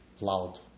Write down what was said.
loud